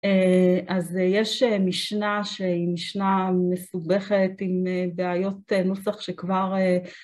אה... אז א-יש א-משנה, שהיא משנה מסובכת עם א-בעיות נוסח שכבר...